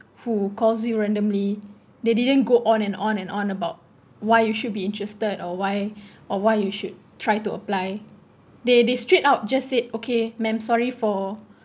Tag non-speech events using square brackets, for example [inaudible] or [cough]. who calls you randomly they didn't go on and on and on about why you should be interested or why [breath] or why you should try to apply they they straight out just said okay ma'am sorry for